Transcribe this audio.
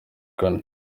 kane